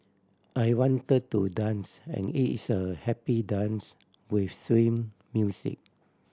I want to dance and it's a happy dance with swing music